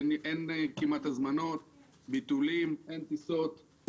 אין כמעט הזמנות, ביטולים, אין טיסות.